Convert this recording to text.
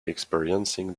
experiencing